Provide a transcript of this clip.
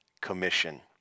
commission